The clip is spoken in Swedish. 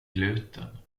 gluten